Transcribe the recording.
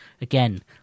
Again